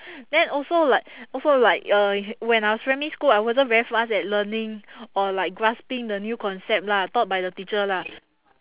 then also like also like uh when I was primary school I wasn't very fast at learning or like grasping the new concept lah taught by the teacher lah